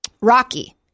Rocky